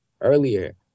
earlier